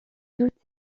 toutes